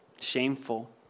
shameful